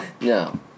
No